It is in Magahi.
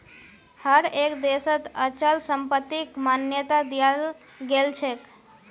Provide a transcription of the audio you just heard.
हर एक देशत अचल संपत्तिक मान्यता दियाल गेलछेक